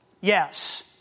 Yes